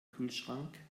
kühlschrank